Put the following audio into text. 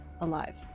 alive